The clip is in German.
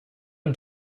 und